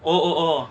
oh oh